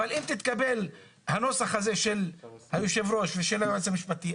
אבל אם יתקבל הנוסח הזה של היו"ר ושל היועץ המשפטי,